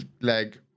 leg